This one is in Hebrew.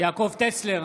יעקב טסלר,